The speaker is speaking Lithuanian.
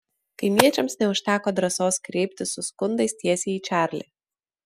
kaimiečiams neužteko drąsos kreiptis su skundais tiesiai į čarlį